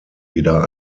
wieder